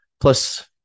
Plus